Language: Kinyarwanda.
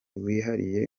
wihariye